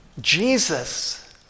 Jesus